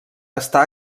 està